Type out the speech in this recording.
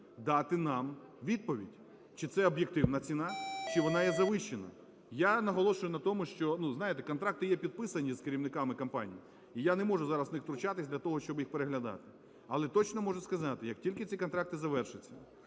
дати нам відповідь, чи це об'єктивна ціна, чи вона є завищеною? Я наголошую на тому, що… знаєте, контракти є підписаними з керівниками компаній, і я не можу зараз у них втручатись для того, щоб їх переглядати. Але точно можу сказати, як тільки ці контракти завершаться,